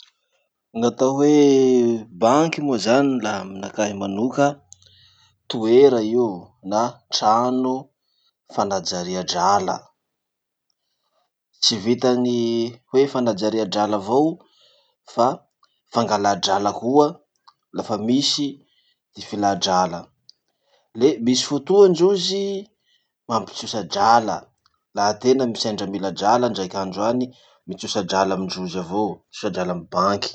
Gn'atao hoe banky moa zany laha aminakahy manoka, toera io na trano fanajaria drala. Tsy vitan'ny hoe fanajaria drala avao, fa fangalà drala koa lafa misy ny filà drala. Le misy fotoa ndrozy mampitrosa drala laha tena m- sendra mila drala indraik'andro any, mitrosa drala amindrozy avao. Mitrosa drala amy banky.